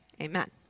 Amen